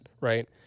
Right